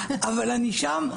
אבל אני שם,